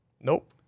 nope